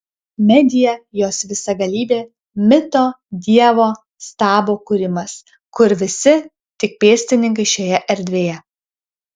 medija jos visagalybė mito dievo stabo kūrimas kur visi tik pėstininkai šioje erdvėje